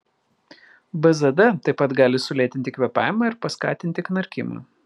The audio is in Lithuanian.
bzd taip pat gali sulėtinti kvėpavimą ir paskatinti knarkimą